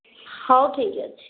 ହେଉ ଠିକ୍ ଅଛି